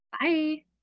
bye